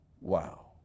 Wow